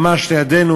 ממש לידנו,